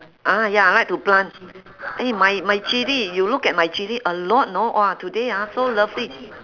ah ya I like to plant eh my my chilli you look at my chilli a lot know !wah! today ah so lovely